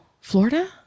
Florida